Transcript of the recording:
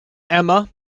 emma